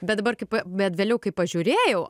bet dabar kaip bet vėliau kai pažiūrėjau